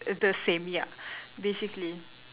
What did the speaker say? the same ya basically